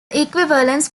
equivalence